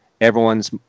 everyone's